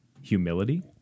humility